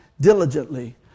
diligently